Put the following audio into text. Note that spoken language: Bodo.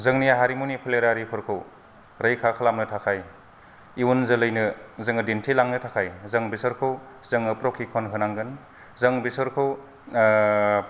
जोंनि हारिमुनि फोलेरारि फोरखौ रैखा खालामनो थाखाय इउन जोलैनो जोङो दिन्थिलांनो थाखाय जों बिसोरखौ जोङो फ्रखिकन होनांगोन जों बिसोरखौ